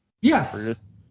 Yes